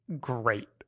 great